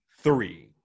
three